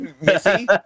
Missy